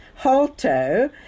HALTO